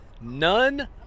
None